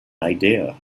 idea